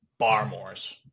Barmores